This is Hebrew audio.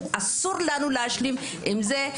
אסור לנו להשלים עם זה.